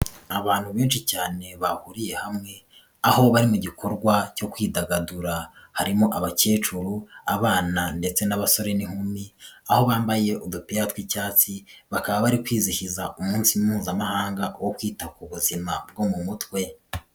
Abantu benshi cyane bahuriye hamwe, aho bari mu gikorwa cyo kwidagadura. Harimo abakecuru, abana ndetse n'abasore n'inkumi, aho bambaye udupira tw'icyatsi, bakaba bari kwizihiza umunsi mpuzamahanga wo kwita ku buzima bwo mu mutwe.